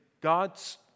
God's